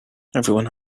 everyone